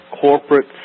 corporate